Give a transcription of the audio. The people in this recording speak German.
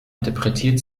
interpretiert